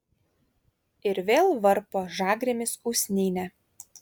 ir vėl varpo žagrėmis usnynę